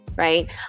right